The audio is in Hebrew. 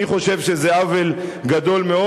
אני חושב שזה עוול גדול מאוד.